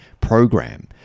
program